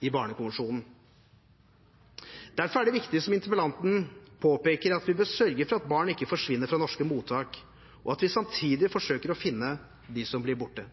i Barnekonvensjonen. Derfor er det viktig, som interpellanten påpeker, at vi bør sørge for at barn ikke forsvinner fra norske mottak, og at vi samtidig forsøker å finne dem som blir borte.